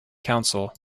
council